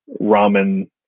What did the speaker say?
ramen